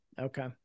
Okay